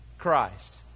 christ